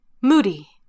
Moody